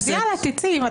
אז יאללה תצאי.